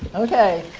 ok.